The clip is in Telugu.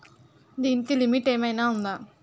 దీనికి లిమిట్ ఆమైనా ఉందా?